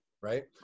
right